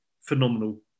phenomenal